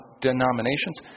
denominations